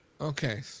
okay